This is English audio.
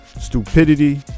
Stupidity